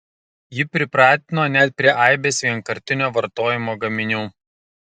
ji pripratino net prie aibės vienkartinio vartojimo gaminių